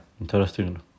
interesting